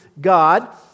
God